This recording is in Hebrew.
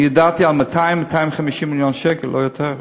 אני ידעתי על 200 250 מיליון שקל, לא יותר.